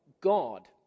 God